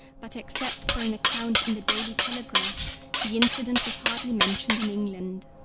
but except for an account in the daily telegraph the incident was hardly mentioned in england.